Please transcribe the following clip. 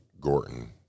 Gorton